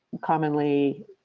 commonly